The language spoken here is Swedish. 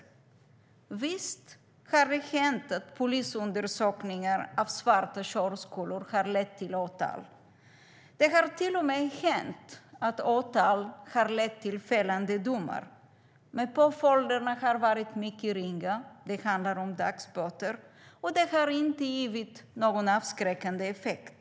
Visst har det hänt att polisundersökningar av svarta körskolor har lett till åtal. Det har till och med hänt att åtal lett till fällande domar, men påföljderna har varit ringa. Det har handlat om dagsböter, och det har inte givit någon avskräckande effekt.